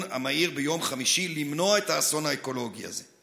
המהיר ביום חמישי למנוע את האסון האקולוגי הזה.